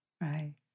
Right